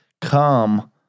come